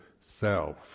self